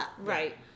Right